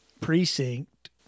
precinct